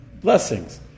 blessings